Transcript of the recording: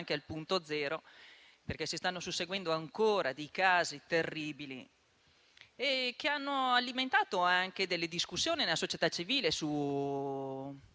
al punto zero, perché si stanno susseguendo ancora casi terribili, che hanno alimentato anche discussioni nella società civile,